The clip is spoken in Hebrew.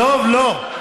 דב, לא.